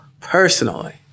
personally